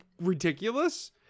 ridiculous